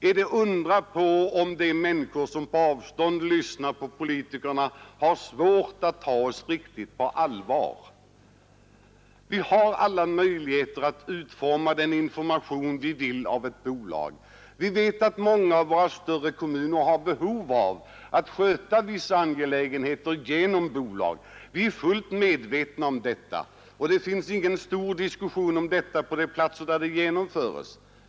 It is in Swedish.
Är det att undra på om människor som på avstånd lyssnar på politikerna har svårt att ta oss riktigt på allvar? Vi har alla möjligheter att utforma den information vi vill ha av ett bolag. Vivet att många av våra större kommuner har behov av att sköta vissa angelägenheter genom bolag. Vi är fullt medvetna om detta, och det förekommer ingen stor diskussion om det på de platser där det genomförts.